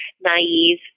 naive